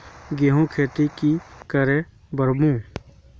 गेंहू खेती की करे बढ़ाम?